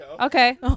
Okay